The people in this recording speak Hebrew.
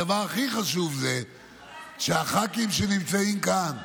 הדבר הכי חשוב זה הח"כים שנמצאים כאן,